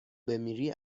بمیری